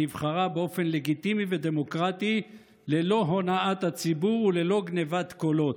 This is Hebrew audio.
שנבחרה באופן לגיטימי ודמוקרטי ללא הונאת הציבור וללא גנבת קולות.